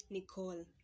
Nicole